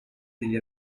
degli